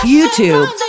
YouTube